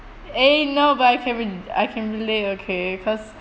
eh no but I can rel~ I can relate okay cause